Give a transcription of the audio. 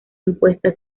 impuesta